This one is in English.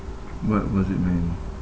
what was it man